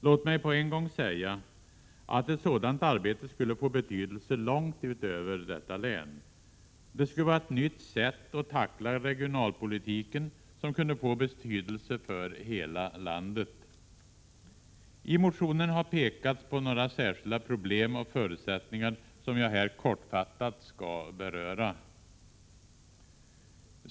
Låt mig på en gång säga att ett sådant arbete skulle få betydelse långt utöver detta län. Det skulle vara ett nytt sätt att tackla regionalpolitiken som kunde få betydelse för hela landet. I motionen har pekats på några särskilda problem och förutsättningar, som jag här kortfattat skall beröra.